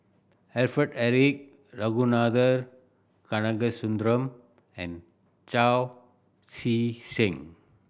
Alfred Eric Ragunathar Kanagasuntheram and Chao Tzee Cheng